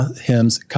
hymns